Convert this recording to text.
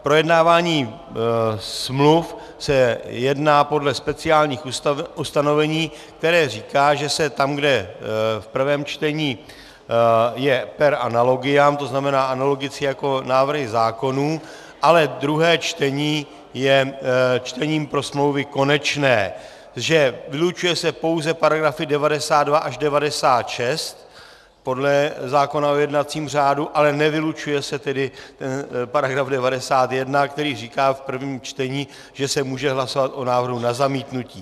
Projednávání smluv se dělá podle speciálních ustanovení, která říkají, že se tam, kde v prvém čtení je per analogiam, to znamená analogicky jako návrhy zákonů, ale druhé čtení je čtením pro smlouvy konečné, vylučují pouze § 92 až 96 podle zákona o jednacím řádu, ale nevylučuje se tedy § 91, který říká, v prvním čtení že se může hlasovat o návrhu na zamítnutí.